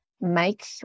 make